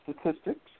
statistics